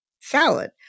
salad